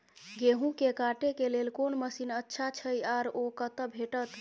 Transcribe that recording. गेहूं के काटे के लेल कोन मसीन अच्छा छै आर ओ कतय भेटत?